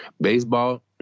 Baseball